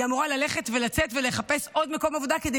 היא אמורה ללכת ולצאת ולחפש עוד מקום עבודה כדי